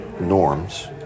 norms